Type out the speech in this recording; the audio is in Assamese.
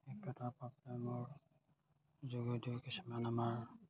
এইটো এটা প্ৰব্লেমৰ যোগেদিও কিছুমান আমাৰ